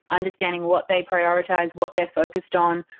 understanding what they prioritize, what they're focused on,